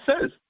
says